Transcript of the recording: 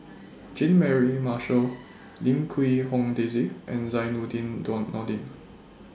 Jean Mary Marshall Lim Quee Hong Daisy and Zainudin Nordin